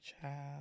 Child